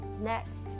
Next